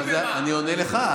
אבל אני עונה לך.